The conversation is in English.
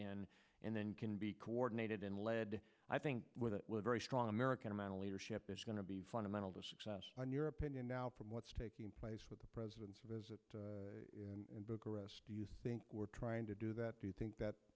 in and then can be coordinated and lead i think with a very strong american amount of leadership is going to be fundamental to success in your opinion now from what's taking place with the president's visit in bucharest do you think we're trying to do that do you think that